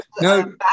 No